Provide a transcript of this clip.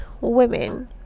women